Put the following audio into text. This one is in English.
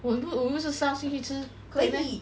我有不我不是 staff 进去吃可以 meh